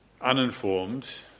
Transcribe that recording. uninformed